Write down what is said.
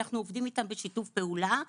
אנחנו עובדים איתם בשיתוף פעולה.